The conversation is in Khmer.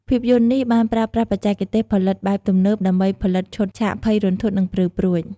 ភាពយន្តនេះបានប្រើប្រាស់បច្ចេកទេសផលិតបែបទំនើបដើម្បីបង្កើតឈុតឆាកភ័យរន្ធត់ និងព្រឺព្រួច។